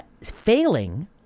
failing